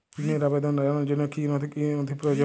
ঋনের আবেদন জানানোর জন্য কী কী নথি প্রয়োজন?